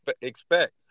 expect